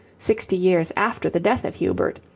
sixty years after the death of hubert,